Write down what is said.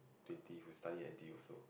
twenty who studies N_T_U also